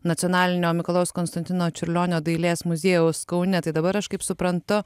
nacionalinio mikalojaus konstantino čiurlionio dailės muziejaus kaune tai dabar aš kaip suprantu